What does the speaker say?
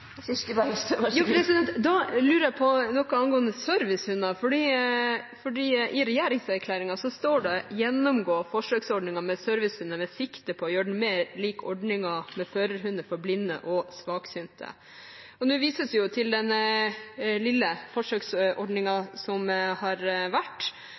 servicehunder med sikte på å gjøre den mer lik ordningen med førerhund for blinde og svaksynte.» Nå vises det til den lille forsøksordningen som har vært,